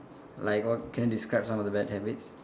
like what can you describe some of the bad habits